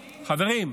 חברים,